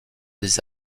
des